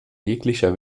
jeglicher